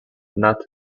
nat